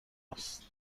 است